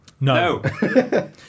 No